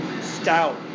Stout